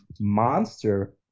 monster